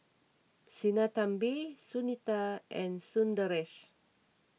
Sinnathamby Sunita and Sundaresh